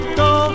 go